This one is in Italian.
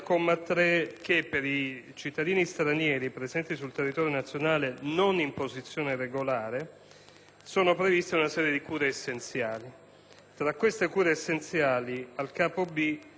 siano previste una serie di cure essenziali. Tra queste cure essenziali, al capoverso *b)* si parla anche della tutela della salute del minore in esecuzione della Convenzione sui diritti del fanciullo.